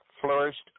flourished